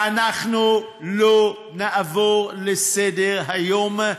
ואנחנו לא נעבור לסדר-היום,